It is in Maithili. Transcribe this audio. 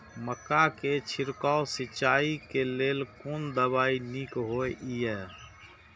मक्का के छिड़काव सिंचाई के लेल कोन दवाई नीक होय इय?